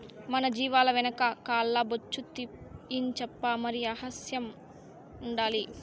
మన జీవాల వెనక కాల్ల బొచ్చు తీయించప్పా మరి అసహ్యం ఉండాలి